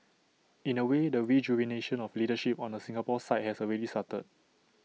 in A way the rejuvenation of leadership on the Singapore side has already started